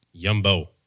Yumbo